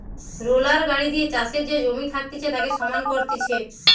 roller গাড়ি দিয়ে চাষের যে জমি থাকতিছে তাকে সমান করতিছে